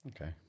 Okay